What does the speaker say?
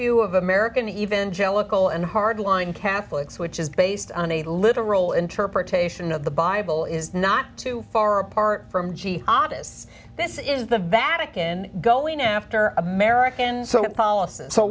view of american evangelical and hardline catholics which is based on a literal interpretation of the bible is not too far apart from g augusts this is the vatican going after americans